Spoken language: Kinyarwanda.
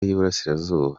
y’iburasirazuba